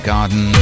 Garden